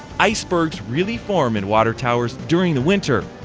icebergs really form in water towers during the winter.